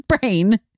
Brain